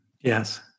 Yes